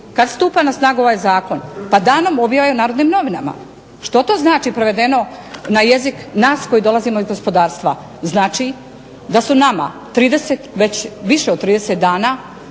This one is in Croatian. Kad stupa na snagu ovaj zakon? Pa danom objave u Narodnim novinama. Što to znači prevedeno na jezik nas koji dolazimo iz gospodarstva? Znači da su nama već više od 30 dana